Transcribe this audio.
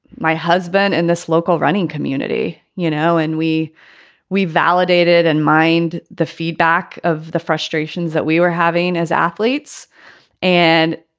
my husband in this local running community, you know, and we we validated and mined the feedback of the frustrations that we were having as athletes and.